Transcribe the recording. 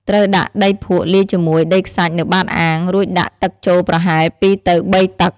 ត្រូវដាក់ដីភក់លាយជាមួយដីខ្សាច់នៅបាតអាង រួចដាក់ទឹកចូលប្រហែល ២ ទៅ ៣ តឹក។